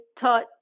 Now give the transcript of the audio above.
taught